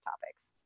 topics